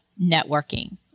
networking